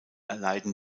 erleiden